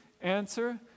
Answer